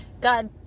God